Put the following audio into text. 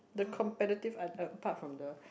the competitive are a part from the